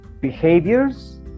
behaviors